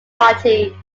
party